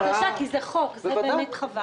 בבקשה, כי זה חוק, וזה באמת חבל.